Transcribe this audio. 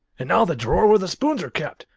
and now the drawer where the spoons are kept.